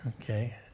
Okay